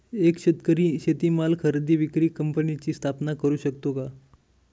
एक शेतकरी शेतीमाल खरेदी विक्री कंपनीची स्थापना करु शकतो का?